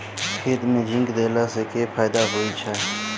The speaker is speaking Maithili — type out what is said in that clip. खेत मे जिंक देबा सँ केँ फायदा होइ छैय?